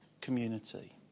community